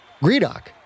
Greedock